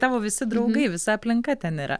tavo visi draugai visa aplinka ten yra